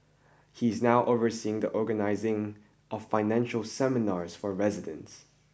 he is now overseeing the organising of financial seminars for residents